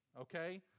okay